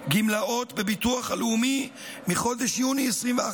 גמלאות בביטוח הלאומי מחודש יוני 2021,